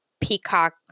Peacock